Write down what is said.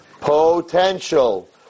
Potential